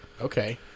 Okay